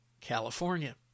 California